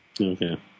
Okay